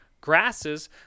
grasses